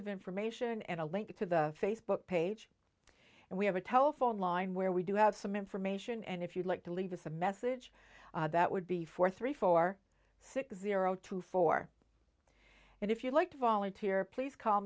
of information and a link to the facebook page and we have a telephone line where we do have some information and if you'd like to leave us a message that would be four three four six zero two four and if you like to volunteer please call